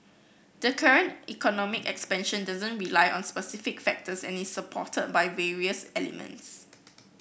the current economic expansion doesn't rely on specific factors and it supported by various elements